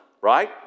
right